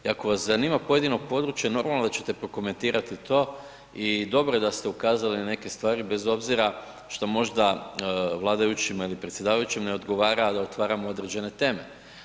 I ako vas zanima pojedino područje normalno da ćete prokomentirati to i dobro je da ste ukazali na neke stvari bez obzira što možda vladajućima ili predsjedavajućem ne odgovara da otvaramo određene teme.